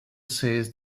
says